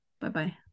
Bye-bye